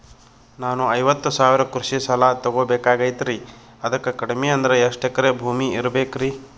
ನಾನು ಐವತ್ತು ಸಾವಿರ ಕೃಷಿ ಸಾಲಾ ತೊಗೋಬೇಕಾಗೈತ್ರಿ ಅದಕ್ ಕಡಿಮಿ ಅಂದ್ರ ಎಷ್ಟ ಎಕರೆ ಭೂಮಿ ಇರಬೇಕ್ರಿ?